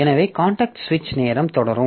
எனவே காண்டெக்ஸ்ட் சுவிட்ச் நேரம் தொடரும்